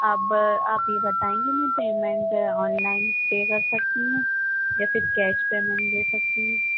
اب آپ یہ بتائیں گی پیمنٹ آن لائن پے کر سکتی ہوں یا پھر کیش پیمنٹ دے سکتی ہوں